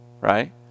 Right